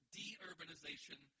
de-urbanization